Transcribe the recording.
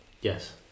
yes